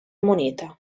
moneta